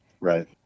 Right